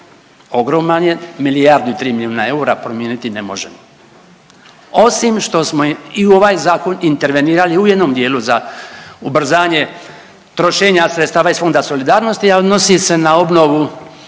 ogroman je, milijardu i 3 milijuna eura promijeniti ne možemo osim što smo i u ovaj zakon intervenirali u jednom dijelu za ubrzanje trošenja sredstava iz Fonda solidarnosti, a odnosi se na obnovu